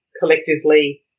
collectively